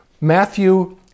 Matthew